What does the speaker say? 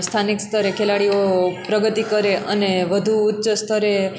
સ્થાનિક સ્તરે ખેલાડીઓ પ્રગતિ કરે અને વધુ ઉચ્ચ સ્તરે